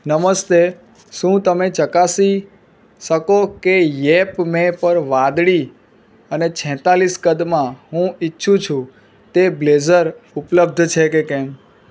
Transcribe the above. નમસ્તે શું તમે ચકાસી શકો કે યેપમે પર વાદળી અને છેત્તાલીસ કદમાં હું ઇચ્છું છું તે બ્લેઝર ઉપલબ્ધ છે કે કેમ